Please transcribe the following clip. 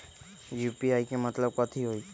UPI के मतलब कथी होई?